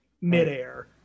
midair